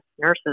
nurses